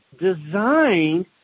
design